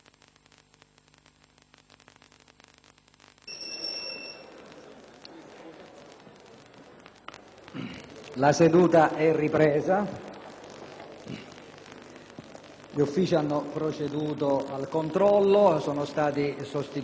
La seduta è ripresa. Gli Uffici della Presidenza hanno proceduto al controllo. Sono stati sostituiti due terminali e in ogni caso, a fine seduta, si procederà ad un ulteriore controllo